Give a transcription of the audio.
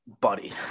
Buddy